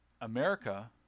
America